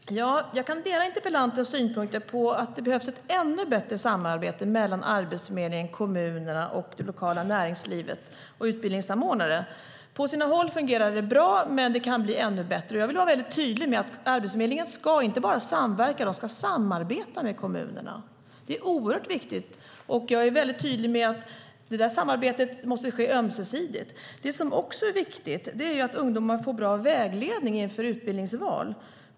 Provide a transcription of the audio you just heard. Fru talman! Jag kan dela interpellantens synpunkter på att det behövs ett ännu bättre samarbete mellan Arbetsförmedlingen, kommunerna, det lokala näringslivet och utbildningsanordnare. På sina håll fungerar det bra, men det kan bli ännu bättre. Jag vill vara tydlig med att Arbetsförmedlingen inte bara ska samverka utan också samarbeta med kommunerna. Det är oerhört viktigt, och jag är tydlig med att samarbetet måste ske ömsesidigt. Det som också är viktigt är att ungdomar får bra vägledning inför utbildningsval.